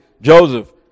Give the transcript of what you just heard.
Joseph